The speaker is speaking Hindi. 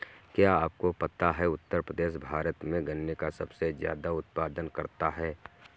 क्या आपको पता है उत्तर प्रदेश भारत में गन्ने का सबसे ज़्यादा उत्पादन करता है?